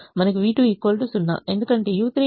మనకు v2 0